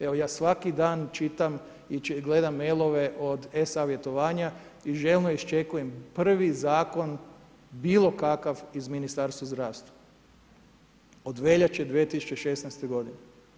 Evo, ja svaki dan čitam i gledam mail-ove od e-savjetovanja i željno iščekujem prvi zakon bilo kakav iz Ministarstva zdravstva od veljače 2016. godine.